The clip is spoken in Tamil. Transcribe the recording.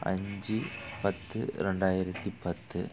அஞ்சு பத்து ரெண்டாயிரத்தி பத்து